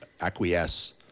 acquiesce